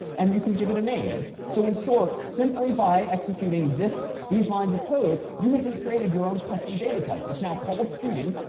and you can give it a name. so in short, simply by executing this these lines of code, you have just created your own custom data type. it's now called student.